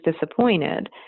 disappointed